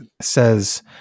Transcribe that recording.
says